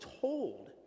told